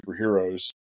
superheroes